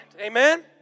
Amen